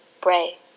bray